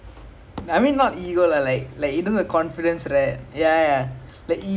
it like confidence is it ya